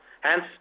Hence